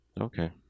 Okay